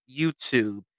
YouTube